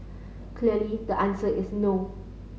clearly the answer is no